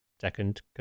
second